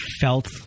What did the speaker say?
felt